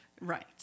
Right